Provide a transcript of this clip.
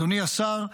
אדוני השר,